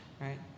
right